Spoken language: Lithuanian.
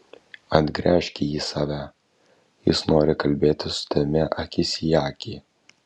atgręžk jį į save jis nori kalbėtis su tavimi akis į akį